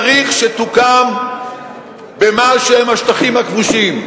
צריך שתוקם במה שהם השטחים הכבושים,